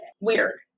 weird